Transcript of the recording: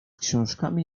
książkami